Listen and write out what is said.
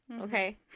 Okay